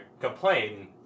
complain